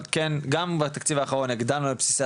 אבל כן גם בתקציב האחרון הגדלנו את בסיסי